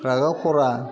रागा खरा